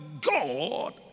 God